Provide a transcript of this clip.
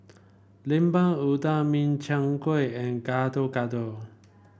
Lemper Udang Min Chiang Kueh and Gado Gado